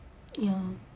ya